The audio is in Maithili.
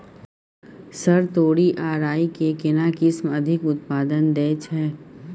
सर तोरी आ राई के केना किस्म अधिक उत्पादन दैय छैय?